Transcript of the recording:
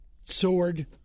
sword